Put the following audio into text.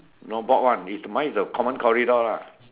not board one is mine is the common corridor lah